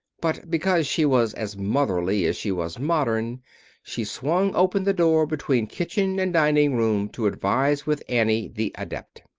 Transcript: but because she was as motherly as she was modern she swung open the door between kitchen and dining-room to advise with annie, the adept.